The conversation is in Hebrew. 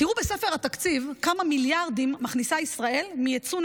וחברי הממשלה וחברי